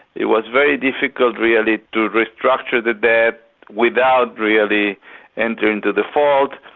it was very difficult really to restructure the debt without really entering into default.